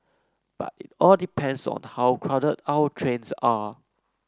but it all depends on how crowded our trains are